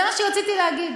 זה מה שרציתי להגיד.